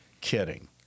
kidding